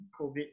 COVID